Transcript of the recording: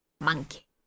monkey